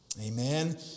amen